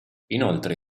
inoltre